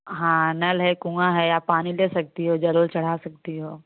हाँ नल है कुआँ है आप पानी ले सकती हो जल उल चढ़ा सकती हो